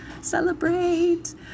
celebrate